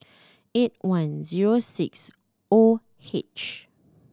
eight one zero six O H